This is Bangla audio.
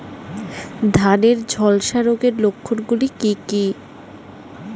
ধানের ঝলসা রোগের লক্ষণগুলি কি কি?